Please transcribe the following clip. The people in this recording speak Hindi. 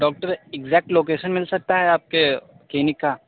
डॉक्टर इग्जैक्ट लोकेसन मिल सकता है आपके क्लिनिक का